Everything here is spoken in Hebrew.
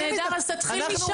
נהדר, אז תתחיל משם.